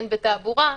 הן בתעבורה,